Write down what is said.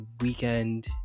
weekend